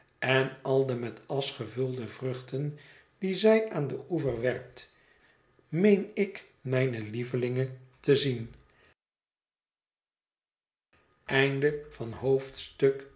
en al de met asch gevulde vruchten die zij aan den oever werpt meen ik mijne lievelinge te zien